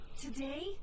today